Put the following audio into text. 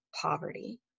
poverty